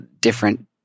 different